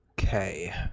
Okay